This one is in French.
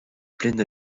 plaine